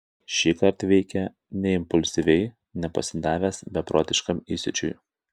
šįkart veikė ne impulsyviai ne pasidavęs beprotiškam įsiūčiui